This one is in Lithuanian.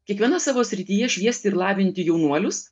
kiekviena savo srityje šviesti ir lavinti jaunuolius